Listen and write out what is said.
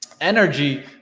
energy